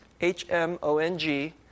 H-M-O-N-G